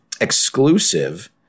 exclusive